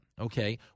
okay